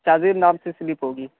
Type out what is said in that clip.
شاہ زیب نام سے سلیپ ہوگی